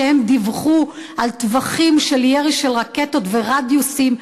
שדיווחו על טווחים של ירי של רקטות ורדיוסים,